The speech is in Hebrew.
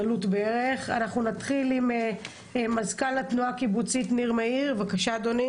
מזכ"ל התנועה הקיבוצית, בבקשה.